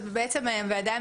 בהתחלה,